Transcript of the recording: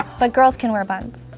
but girls can wear buns.